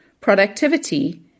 Productivity